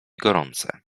gorące